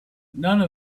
none